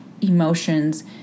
emotions